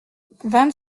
vingt